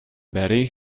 betty